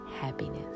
happiness